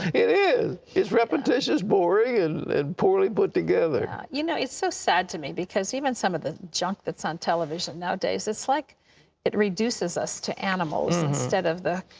it is! it's repetitious, boring, and poorly put together. you know it's so sad to me, because even some of the junk that's on television nowadays, it's like it reduces us to animals instead of the